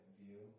view